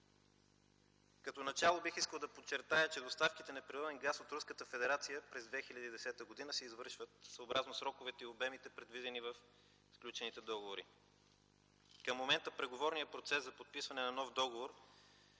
Като начало бих искал да подчертая, че доставките на природен газ от Руската федерация през 2010 г. се извършват съобразно сроковете и обемите предвидени в сключените договори. Към момента преговорният процес за подписване на нов договор